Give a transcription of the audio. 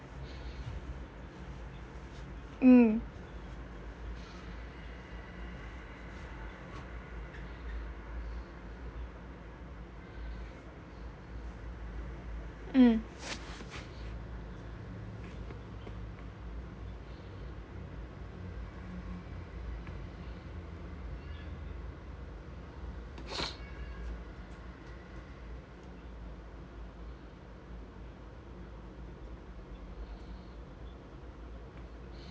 mm mm